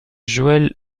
joël